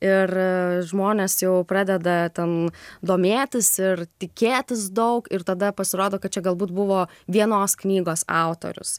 ir žmonės jau pradeda ten domėtis ir tikėtis daug ir tada pasirodo kad čia galbūt buvo vienos knygos autorius